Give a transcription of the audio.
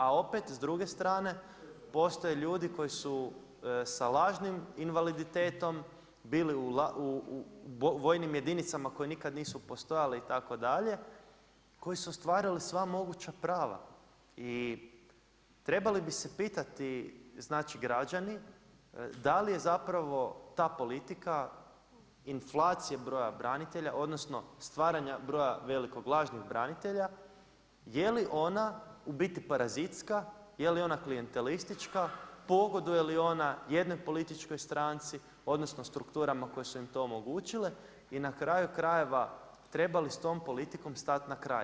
A opet s druge strane, postoje ljudi koji su sa lažnim invaliditetom bili u vojnim jedinicama koje nikad nisu postojale itd., koji su ostvarili sva moguća prava i trebali bi se pitati znači građani, da li je zapravo ta politika inflacije broja branitelja odnosno stvaranja broja velikog lažnog branitelja je li ona u biti parazitska, je li ona klijentelistička, pogoduje li ona jednoj političkoj stranci odnosno strukturama koje su im to omogućile i na kraju krajeva, treba li s tom politikom stati na kraj.